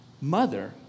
mother